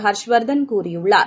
ஹர்ஷ்வர்தன் கூறியுள்ளார்